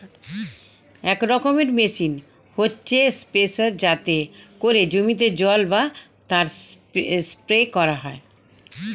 এক রকমের মেশিন হচ্ছে স্প্রেয়ার যাতে করে জমিতে জল বা সার স্প্রে করা যায়